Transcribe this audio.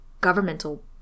governmental